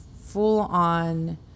full-on